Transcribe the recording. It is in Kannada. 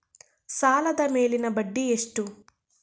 ಸಾಲದ ಮೇಲಿನ ಬಡ್ಡಿ ಎಷ್ಟು?